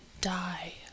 Die